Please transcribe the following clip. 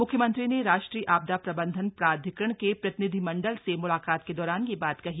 म्ख्यमंत्री ने राष्ट्रीय आपदा प्रबन्धन प्राधिकरण के प्रतिनिधिमण्डल से म्लाकात के दौरान यह बात कही